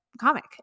comic